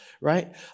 right